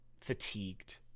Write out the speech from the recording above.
fatigued